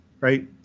right